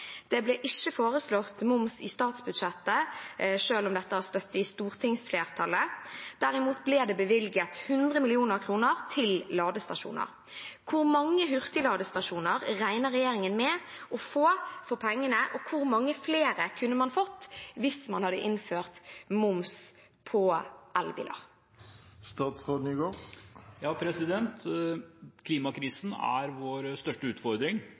Det ble ikke foreslått moms i statsbudsjettet, selv om det har støtte i stortingsflertallet. Derimot ble det bevilget 100 mill. kr til ladestasjoner. Hvor mange hurtigladestasjoner regner regjeringen med at man får for pengene, og hvor mange flere kunne man fått om man hadde innført elbilmoms i tråd med løftene?» Klimakrisen er vår største utfordring.